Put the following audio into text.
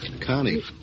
Connie